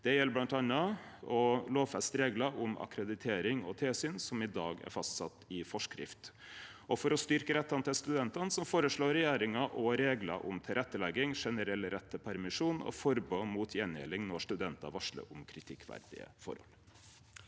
Det gjeld bl.a. å lovfeste reglar om akkreditering og tilsyn, som i dag er fastsette i forskrift. For å styrkje rettane til studentane føreslår regjeringa også reglar om tilrettelegging, generell rett til permisjon og forbod mot gjengjelding når studentar varslar om kritikkverdige forhold.